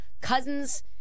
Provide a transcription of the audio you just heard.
Cousins